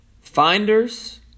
finders